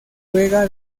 juega